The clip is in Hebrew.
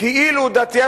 כאילו דתייה,